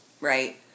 Right